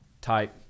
type